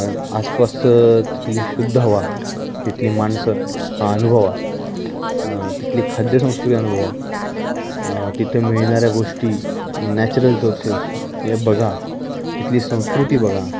आसपासचं तिथली शुद्ध हवा तिथली माणसं हा अनुभवा तिथली खाद्य संस्कृती अनुभवा तिथे मिळणाऱ्या गोष्टी नॅचरल सोर्सेस हे बघा तिथली संस्कृती बघा